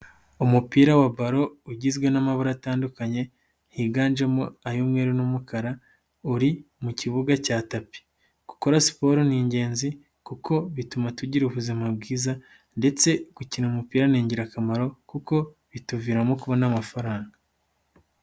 Umupira wa baro ugizwe n'amabara atandukanye, higanjemo ay'umweru n'umukara, uri mu kibuga cya tapi. Gukora siporo ni ingenzi kuko bituma tugira ubuzima bwiza, ndetse gukina umupira ni ingirakamaro kuko bituviramo kubona amafaranga.